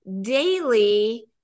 daily